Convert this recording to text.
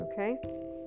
okay